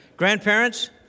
grandparents